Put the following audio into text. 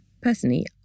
Personally